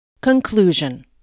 Conclusion